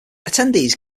attendees